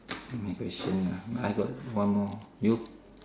my question lah I got one more you